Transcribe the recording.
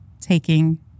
taking